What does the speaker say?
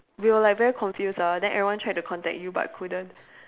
we were like very confused ah then everyone tried to contact you but couldn't